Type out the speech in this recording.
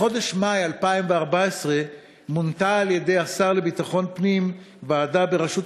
בחודש מאי 2014 מונתה על-ידי השר לביטחון פנים ועדה בראשות